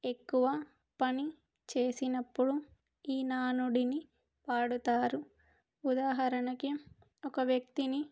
ఎక్కువ పని చేసినప్పుడు ఈ నానుడిని వాడుతారు ఉదాహరణకి ఒక వ్యక్తిని